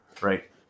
right